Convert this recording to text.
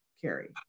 Carrie